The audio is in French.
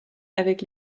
avec